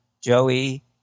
Joey